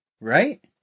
right